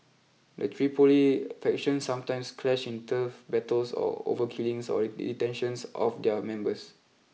the Tripoli factions sometimes clash in turf battles or over killings or the detentions of their members